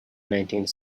nineteenth